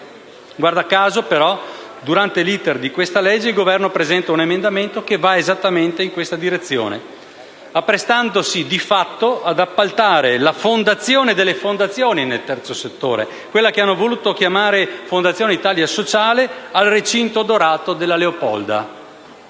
Guarda caso, durante l'*iter* di esame del provvedimento il Governo ha presentato un emendamento che va esattamente in questa direzione, apprestandosi di fatto ad appaltare la fondazione delle fondazioni nel terzo settore - mi riferisco a quella che hanno voluto chiamare Fondazione Italia sociale - al recinto dorato della Leopolda.